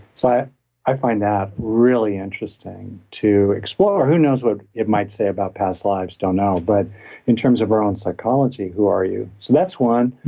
so i find that really interesting to explore. who knows what it might say about past lives, don't know. but in terms of our own psychology, who are you? so that's one